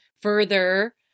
further